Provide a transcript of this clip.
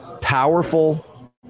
powerful